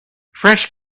fresh